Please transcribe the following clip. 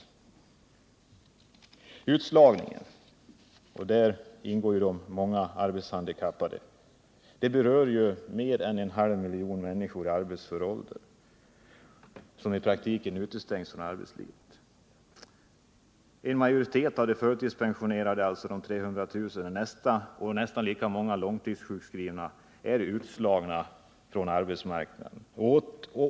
De som slagits ut från arbetsmarknaden — däribland många arbetshandikappade — utgör mer än en halv miljon människor som i praktiken utestängs från arbetslivet. En majoritet av de 300 000 förtidspensionerade och nästan lika många långtidssjukskrivna är utslagna från arbetsmarknaden.